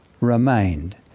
remained